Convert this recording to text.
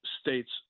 States